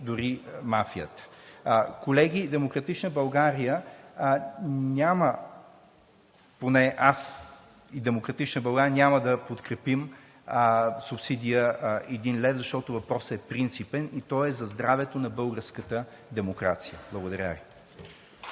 дори мафията. Колеги, аз и „Демократична България“ няма да подкрепим субсидия един лев, защото въпросът е принципен и той е за здравето на българската демокрация. Благодаря Ви.